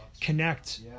connect